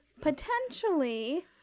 potentially